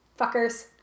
Fuckers